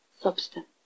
substance